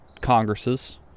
congresses